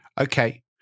Okay